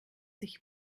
sich